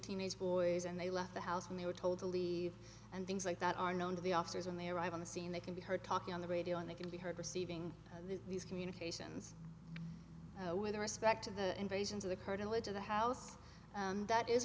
teenage boys and they left the house when they were told to leave and things like that are known to the officers when they arrive on the scene they can be heard talking on the radio and they can be heard receiving these communications with respect to the invasions occurred and lead to the house and that is